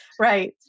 Right